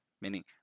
meaning